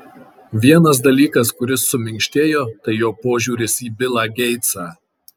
vienas dalykas kuris suminkštėjo tai jo požiūris į bilą geitsą